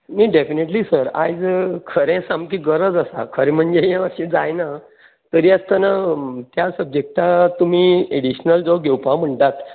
न्ही definitely sir आयज खरें सामकें गरज आसा खरें म्हणजें हें अशें जायना तरी आसतना त्या सबजक्टा हातून तुमी एडीशनल जो घेवपा म्हणटात